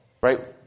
Right